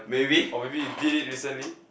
oh maybe you did it recently